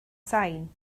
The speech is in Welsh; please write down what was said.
sain